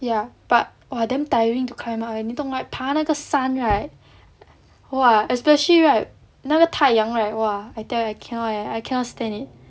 ya but !wah! damn tiring to climb up eh 你懂 like 爬那个山 right !wah! especially right 那个太阳 right !wah! I tell you I cannot eh I cannot stand it